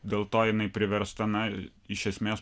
dėl to jinai priversta na iš esmės